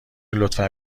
لطفا